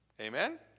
Amen